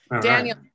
Daniel